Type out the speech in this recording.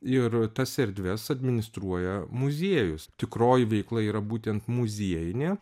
ir tas erdves administruoja muziejus tikroji veikla yra būtent muziejinė